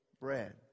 bread